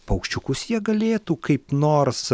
paukščiukus jie galėtų kaip nors